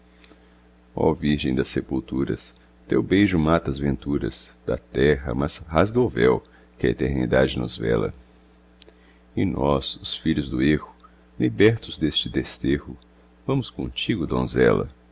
virgem das sepulturas teu beijo mata as venturas da terra mas rasga o véu que a eternidade nos vela e nós os filhos do erro libertos deste desterro vamos comtigo donzela